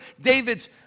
David's